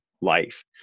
life